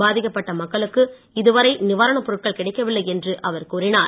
பாதிக்கப்பட்ட மக்களுக்கு இதுவரை நிவாரணப் பொருட்கள் கிடைக்கவில்லை என்று அவர் கூறினார்